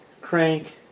Crank